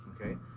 Okay